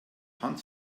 hand